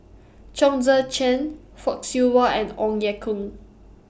Chong Tze Chien Fock Siew Wah and Ong Ye Kung